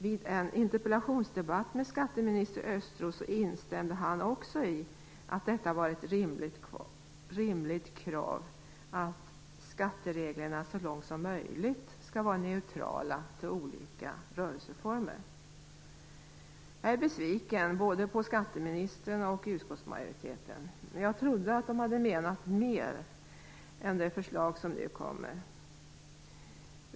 Vid en interpellationsdebatt med skatteminister Östros instämde han också i att det var ett rimligt krav att skattereglerna så långt som möjligt skall vara neutrala till olika rörelseformer. Jag är besviken på både skatteministern och utskottsmajoriteten. Jag trodde att de hade menat mer än det förslag som nu kommer.